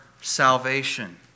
salvation